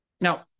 Now